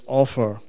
offer